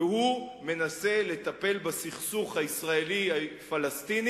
והוא מנסה לטפל בסכסוך הישראלי-הפלסטיני,